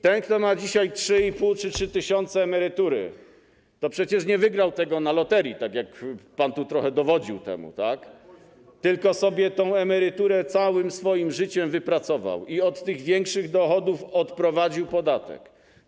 Ten, kto ma dzisiaj 3,5 czy 3 tys. zł emerytury, przecież nie wygrał tego na loterii, tak jak pan tu trochę dowodził, tylko sobie tę emeryturę całym swoim życiem wypracował i od tych większych dochodów odprowadził podatek.